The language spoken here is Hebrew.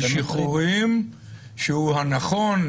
שחרורים שהוא הנכון?